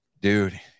dude